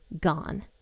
gone